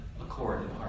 accord